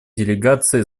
делегация